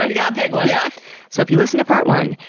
and gotta pick one! yeah so if you listened to part one,